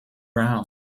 brown